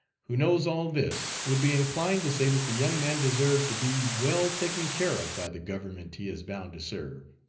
who knows all this would be inclined to say that the young man deserved to be well taken care of by the government he is bound to serve.